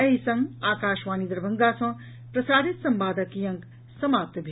एहि संग आकाशवाणी दरभंगा सँ प्रसारित संवादक ई अंक समाप्त भेल